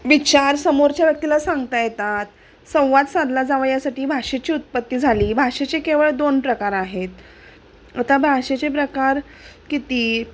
विचार समोरच्या व्यक्तीला सांगता येतात संवाद साधला जावा यासाठी भाषेची उत्पत्ती झाली भाषेचे केवळ दोन प्रकार आहेत आता भाषेचे प्रकार किती